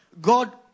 God